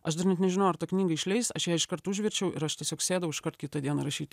aš dar net nežinojau ar tą knygą išleis aš ją iškart užverčiau ir aš tiesiog sėdau iškart kitą dieną rašyt